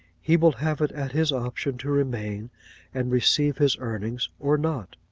he will have it at his option to remain and receive his earnings, or not.